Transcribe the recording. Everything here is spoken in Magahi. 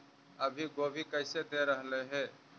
अभी गोभी कैसे दे रहलई हे?